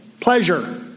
pleasure